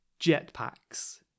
Jetpacks